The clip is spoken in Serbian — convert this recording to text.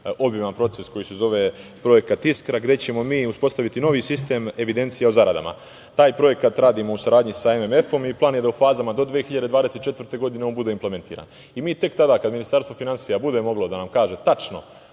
obiman proces koji se zove projekat „Iskra“, gde ćemo mi uspostaviti novi sistem evidencija o zaradama. Taj projekat radimo u saradnji sa MMF-om i plan je da u fazama do 2024. godine on bude implementiran. Mi tek tada, kada Ministarstvo finansija bude moglo da nam kaže tačno